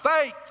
faith